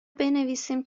بنویسیم